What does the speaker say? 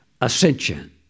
ascension